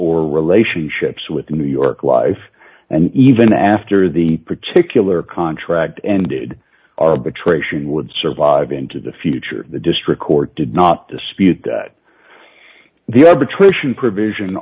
or relationships with the new york life and even after the particular contract ended arbitration would survive into the future the district court did not dispute that the arbitration provision